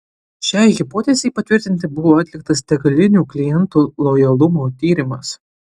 šiai hipotezei patvirtinti buvo atliktas degalinių klientų lojalumo tyrimas